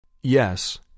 Yes